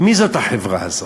מי זאת החברה הזאת?